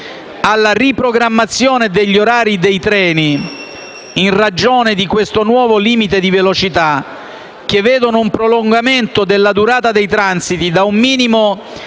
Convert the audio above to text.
La riprogrammazione degli orari dei treni, in ragione del nuovo limite di velocità, vede un prolungamento della durata dei transiti da un minimo